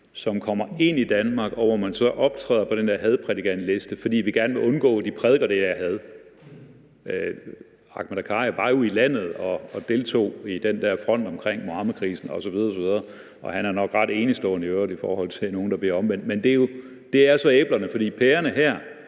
som kommer ind i Danmark, og som så optræder på den der hadprædikantliste, fordi vi gerne vil undgå, at de prædiker det her had. Ahmed Akkari var jo i landet og deltog i den der front omkring Muhammedkrisen osv. osv., og han er nok i øvrigt ret enestående i forhold til nogen, der bliver omvendt. Men det er jo så æblerne, for pærerne her